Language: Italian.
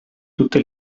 tutte